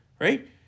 Right